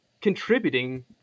contributing